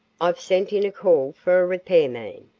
i've sent in a call for a repair man.